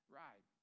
ride